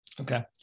okay